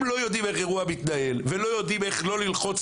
אם לא יודעים איך אירוע מתנהל ולא יודעים איך לא ללחוץ